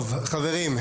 זאת אומרת,